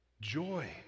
Joy